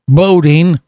boating